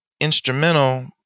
instrumental